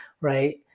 right